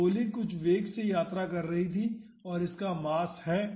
तो गोली कुछ वेग से यात्रा कर रही थी और इसका मास है